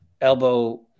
elbow